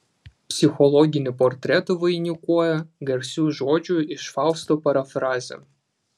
psichologinį portretą vainikuoja garsių žodžių iš fausto parafrazė